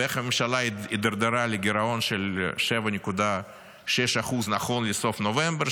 ואיך הממשלה הידרדרה לגרעון של 7.6% נכון לסוף נובמבר,